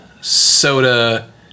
soda